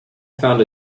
found